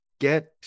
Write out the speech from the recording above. Get